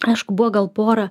aišku buvo gal pora